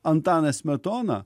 antaną smetoną